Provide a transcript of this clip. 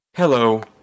Hello